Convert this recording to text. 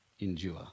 endure